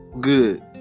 good